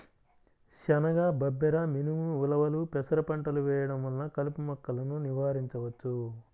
శనగ, బబ్బెర, మినుము, ఉలవలు, పెసర పంటలు వేయడం వలన కలుపు మొక్కలను నివారించవచ్చు